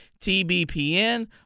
TBPN